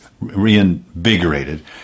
reinvigorated